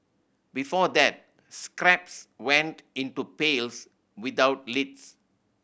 before that scraps went into pails without lids